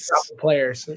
players